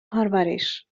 پرورش